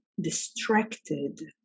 distracted